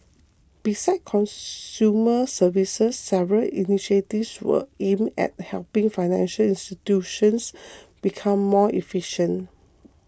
besides consumer services several initiatives were aimed at helping financial institutions become more efficient